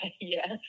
Yes